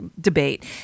debate